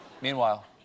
Meanwhile